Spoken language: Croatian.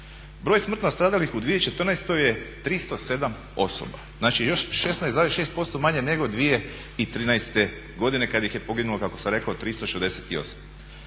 Zbroj smrtno stradalih u 2014. je 307 osoba, znači 16,6% manje nego 2013. godine kad ih je poginulo kako